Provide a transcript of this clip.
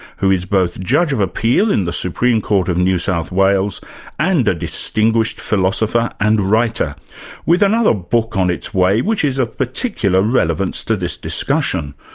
who is both judge of appeal in the supreme court of new south wales and a distinguished philosopher and writer with another book on its way which is of particular relevance to this discussion,